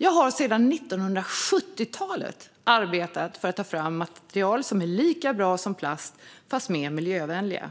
Jag har sedan 1970-talet arbetat för att ta fram material som är lika bra som plast, fast mer miljövänliga.